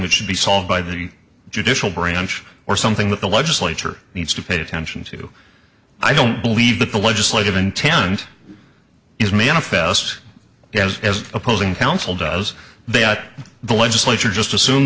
that should be solved by the judicial branch or something that the legislature needs to pay attention to i don't believe that the legislative intent is manifest yet as opposing counsel does they are the legislature just assume